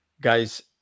Guys